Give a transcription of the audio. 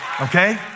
Okay